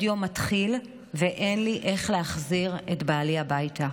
יום מתחיל ואין לי איך להחזיר את בעלי הביתה.